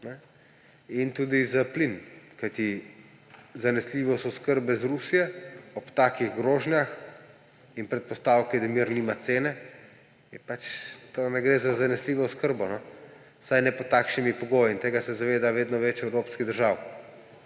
in tudi za plin. Kajti, zanesljivost oskrbe iz Rusije ob takih grožnjah in predpostavki, da mir nima cene, pač to ne gre za zanesljivo oskrbo, vsaj ne pod takšnimi pogoji. Tega se zaveda vedno več evropskih držav.